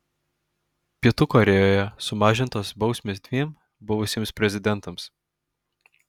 pietų korėjoje sumažintos bausmės dviem buvusiems prezidentams